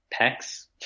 pecs